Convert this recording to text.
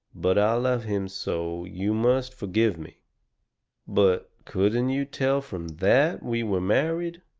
but i love him so you must forgive me but couldn't you tell from that we were married?